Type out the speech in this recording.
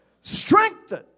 Strengthen